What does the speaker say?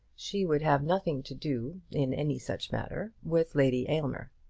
she would have nothing to do, in any such matter, with lady aylmer.